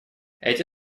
эти